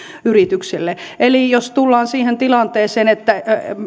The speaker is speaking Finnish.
yritykselle jos tullaan siihen tilanteeseen että